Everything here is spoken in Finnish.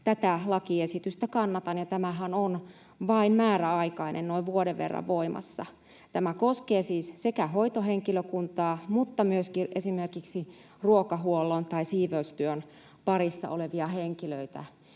tätä lakiesitystä kannatan. Tämähän on vain määräaikainen, noin vuoden verran voimassa. Tämä koskee siis sekä hoitohenkilökuntaa että myös esimerkiksi ruokahuollon tai siivoustyön parissa olevia henkilöitä.